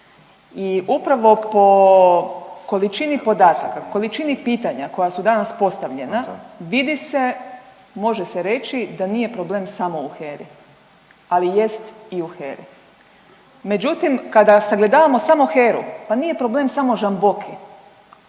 i upravo po količini podataka, količini pitanja koja su danas postavljena vidi se može se reći da nije problem samo u HERA-i, ali jest i u HERA-i. Međutim, kada sagledamo samo HERA-u, pa nije problem samo Žamboki,